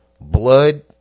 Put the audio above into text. blood